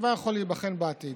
הדבר יכול להיבחן בעתיד.